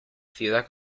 ciudad